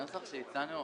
הנוסח שהצענו,